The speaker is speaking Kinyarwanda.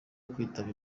kwitaba